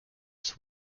ist